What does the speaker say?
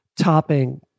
topping